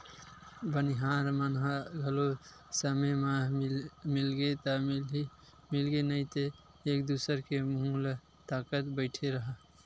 बनिहार मन ह घलो समे म मिलगे ता मिलगे नइ ते एक दूसर के मुहूँ ल ताकत बइठे रहा